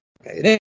Okay